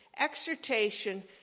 exhortation